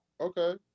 Okay